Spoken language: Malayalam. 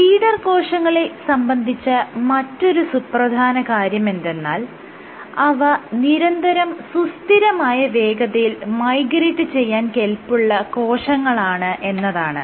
ലീഡർ കോശങ്ങളെ സംബന്ധിച്ച മറ്റൊരു സുപ്രധാന കാര്യമെന്തെന്നാൽ അവ നിരന്തരം സുസ്ഥിരമായ വേഗതയിൽ മൈഗ്രേറ്റ് ചെയ്യാൻ കെല്പുള്ള കോശങ്ങളാണ് എന്നതാണ്